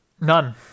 None